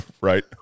right